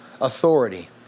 authority